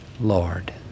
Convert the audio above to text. Lord